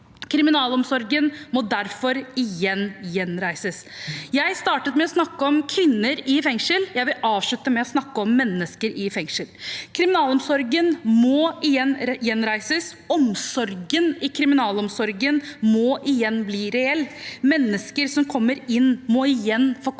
Kriminalomsorgen må derfor gjenreises. Jeg startet med å snakke om kvinner i fengsel, og jeg vil avslutte med å snakke om mennesker i fengsel. Kriminalomsorgen må gjenreises, omsorgen i kriminalomsorgen må igjen bli reell. Mennesker som kommer inn, må igjen få komme